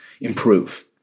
improve